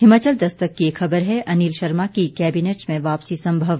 हिमाचल दस्तक की एक खबर है अनिल शर्मा की कैबिनेट में वापसी संभव